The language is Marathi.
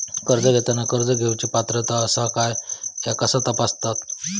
कर्ज घेताना कर्ज घेवची पात्रता आसा काय ह्या कसा तपासतात?